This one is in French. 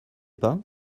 pas